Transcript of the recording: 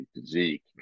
physique